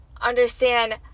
understand